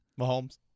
Mahomes